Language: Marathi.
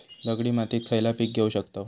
दगडी मातीत खयला पीक घेव शकताव?